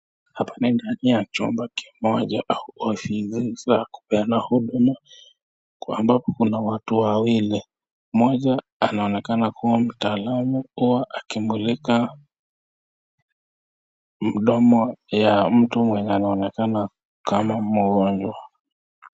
Hapa ni ndani ya chumba kimoja au ofisi za kupeana huduma, ambapo kuna watu wawili, mmoja anaonekana kuwa mtaalamu kuwa anamulika mdomo ya mtu mwenye anaonekana kama mgonjwa.